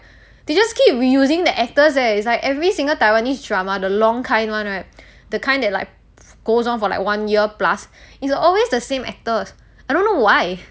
they just keep reusing the actors eh it's like every single taiwanese drama the long kind [one] right the kind that like goes on for like one year plus is always the same actors I don't know why